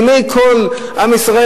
לעיני כל עם ישראל,